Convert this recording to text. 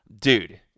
Dude